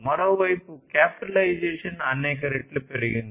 మరోవైపు క్యాపిటలైజేషన్ అనేక రెట్లు పెరిగింది